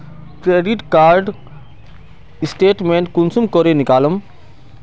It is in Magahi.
क्रेडिट कार्ड स्टेटमेंट कुंसम करे निकलाम?